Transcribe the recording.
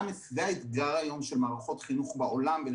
זה האתגר היום של מערכות חינוך בעולם ולשם אנחנו הולכים.